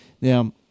Now